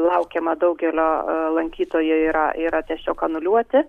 laukiama daugelio lankytojų yra yra tiesiog anuliuoti